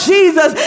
Jesus